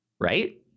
Right